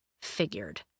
figured